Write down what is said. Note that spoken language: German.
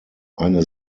eine